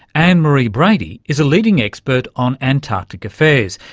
anne-marie brady is a leading expert on antarctic affairs.